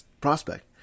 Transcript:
prospect